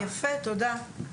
יפה, תודה.